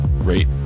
great